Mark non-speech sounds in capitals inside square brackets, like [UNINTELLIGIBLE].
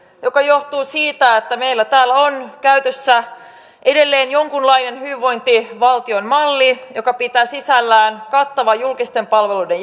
mikä johtuu siitä että meillä täällä on käytössä edelleen jonkunlainen hyvinvointivaltion malli joka pitää sisällään kattavan julkisten palveluiden [UNINTELLIGIBLE]